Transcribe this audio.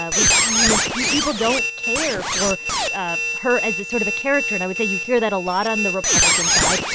ah which, you know, people don't care for ah her as a sort of a character, and i would say you hear that a lot on the republican side.